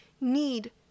need